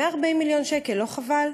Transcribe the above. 140 מיליון שקל, לא חבל?